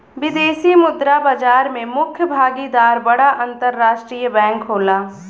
विदेशी मुद्रा बाजार में मुख्य भागीदार बड़ा अंतरराष्ट्रीय बैंक होला